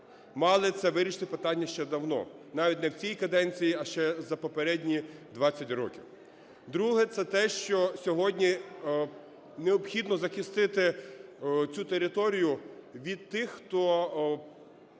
мали це вирішити питання ще давно, навіть не в цій каденції, а ще за попередні 20 років. Друге - це те, що сьогодні необхідно захистити цю територію від тих, хто